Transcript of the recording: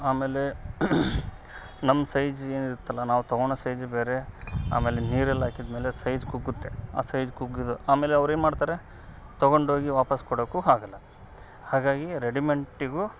ಆಮೇಲೇ ನಮ್ಮ ಸೈಜ್ ಏನಿರುತ್ತಲ್ಲ ನಾವು ತೋಗಳೋಣೊ ಸೈಜ್ ಬೇರೆ ಆಮೇಲೆ ನೀರಲ್ಲಿ ಹಾಕಿದ್ಮೇಲೆ ಸೈಜ್ ಕುಗ್ಗುತ್ತೆ ಆ ಸೈಜ್ ಕುಗ್ಗಿದ್ ಆಮೇಲೆ ಅವರು ಏನು ಮಾಡ್ತಾರೆ ತಗೊಂಡೋಗಿ ವಾಪಸ್ ಕೊಡೋಕು ಆಗೋಲ್ಲ ಹಾಗಾಗಿ ರೆಡಿಮೆಂಟಿಗು